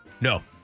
No